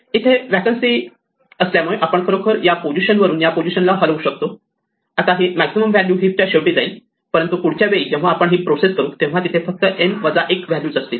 इथे व्हेकन्सी असल्यामुळे आपण खरोखर हे या पोझिशनवरून या पोझिशनला हलवू शकतो आता ही मॅक्सिमम व्हॅल्यू हीपच्या शेवटी जाईल परंतु पुढच्या वेळी जेव्हा आपण हिप प्रोसेस करू तेव्हा तिथे फक्त n 1 व्हॅल्यूज असतील